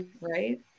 right